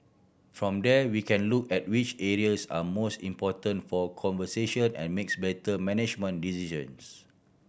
from there we can look at which areas are most important for conservation and makes better management decisions